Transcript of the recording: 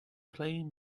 playing